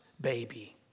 baby